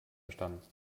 verstanden